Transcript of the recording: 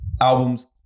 albums